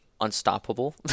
unstoppable